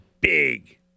big